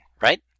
right